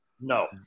No